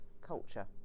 culture